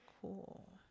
cool